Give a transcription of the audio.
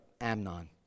Amnon